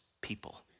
people